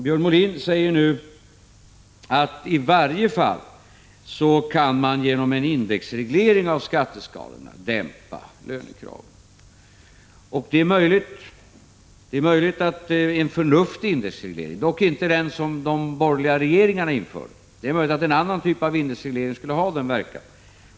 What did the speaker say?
Björn Molin säger att i varje fall kan man genom en indexreglering av skatteskalorna dämpa lönekraven. Det är möjligt att en förnuftig indexreglering — dock inte av det slag som de borgerliga regeringarna införde utan en annan typ av indexreglering — skulle ha en sådan verkan.